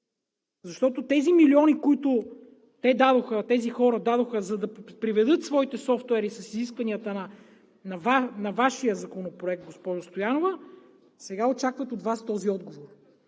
Защото за тези милиони, които тези хора дадоха, за да приведат своите софтуери с исканията на Вашия законопроект, госпожо Стоянова, сега очакват от Вас този отговор.